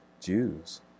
Jews